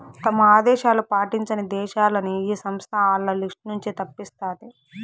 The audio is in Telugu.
తమ ఆదేశాలు పాటించని దేశాలని ఈ సంస్థ ఆల్ల లిస్ట్ నుంచి తప్పిస్తాది